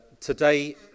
Today